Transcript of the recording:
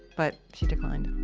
but she declined